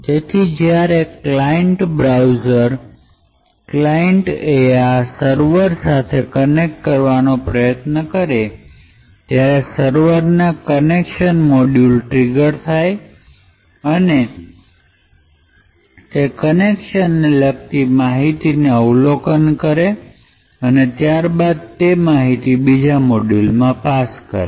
તેથી જ્યાંરે client browser client એ આ સર્વર સાથે કનેક્ટ કરવાનો પ્રયત્ન કરે ત્યારે સર્વર ના કનેક્શન મોડ્યુલ ટ્રિગર થાય અને તે કનેક્શન ને લગતી માહિતી ને અવલોકન કરે અને ત્યારબાદ તે માહિતી બીજા મોડ્યૂલમાં પાસ કરે